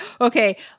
Okay